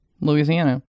Louisiana